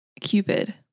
Cupid